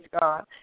God